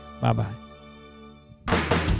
Bye-bye